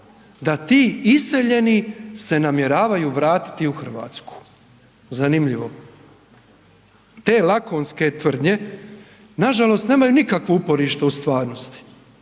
da ti iseljeni se namjeravaju vratiti u RH. Zanimljivo. Te lakonske tvrdnje nažalost nemaju nikakvo uporište u stvarnosti.